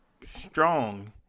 strong